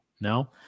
No